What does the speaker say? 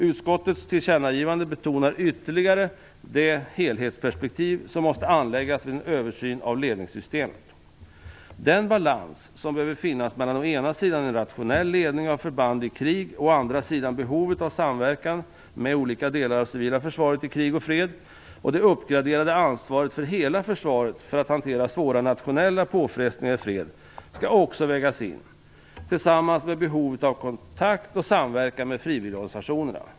Utskottets tillkännagivande betonar ytterligare det helhetsperspektiv som måste anläggas vid en översyn av ledningssystemet. Den balans som behöver finnas mellan å ena sidan en rationell ledning av förband i krig och å andra sidan behovet av samverkan med olika delar av det civila försvaret i krig och fred och det uppgraderade ansvaret för hela försvaret för att hantera svåra nationella påfrestningar i fred, skall också vägas in, tillsammans med behovet av kontakt och samverkan med frivilligorganisationerna.